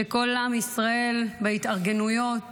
וכל עם ישראל בהתארגנויות